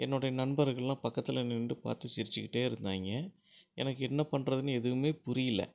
என்னோடய நண்பர்கள்லாம் பக்கத்தில் நின்றுட்டு பார்த்து சிரிச்சிக்கிட்டே இருந்தாய்ங்க எனக்கு என்ன பண்ணுறதுன்னு எதுவுமே புரியல